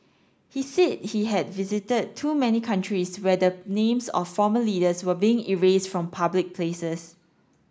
he said he had visited too many countries where the names of former leaders were being erased from public places